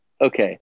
okay